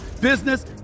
business